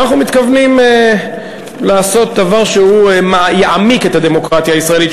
אנחנו מתכוונים לעשות דבר שיעמיק את הדמוקרטיה הישראלית,